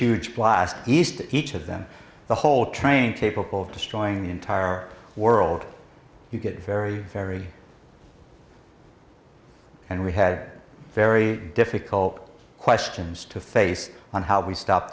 huge blast east each of them the whole train capable of destroying the entire world you get very very and we had a very difficult questions to face on how we stop